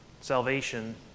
salvation